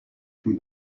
from